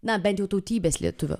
na bet jau tautybės lietuvių